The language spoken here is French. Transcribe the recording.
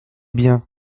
bien